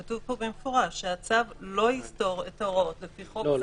כתוב פה במפורש שהצו לא יסתור את ההוראות לפי חוק זה.